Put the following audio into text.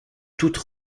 toutes